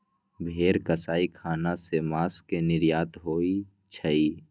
भेरा कसाई ख़ना से मास के निर्यात होइ छइ